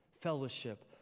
fellowship